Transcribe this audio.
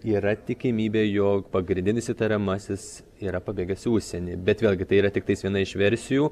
yra tikimybė jog pagrindinis įtariamasis yra pabėgęs į užsienį bet vėlgi tai yra tiktais viena iš versijų